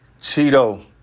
Cheeto